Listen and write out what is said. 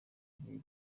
gihe